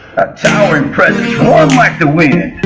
atowering presence. run like the wind.